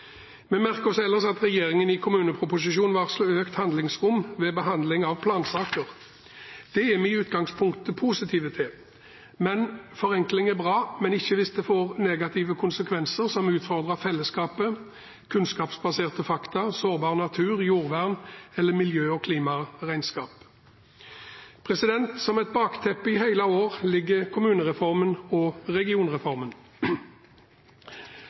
Vi merker oss ellers at regjeringen i kommuneproposisjonen varsler økt handlingsrom ved behandling av plansaker. Det er vi i utgangspunktet positive til. Forenkling er bra, men ikke hvis det får negative konsekvenser som utfordrer fellesskapet, kunnskapsbaserte fakta, sårbar natur, jordvern eller miljø- og klimaregnskapet. Som et bakteppe i hele år ligger kommunereformen og regionreformen.